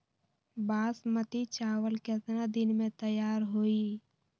बासमती चावल केतना दिन में तयार होई?